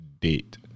Date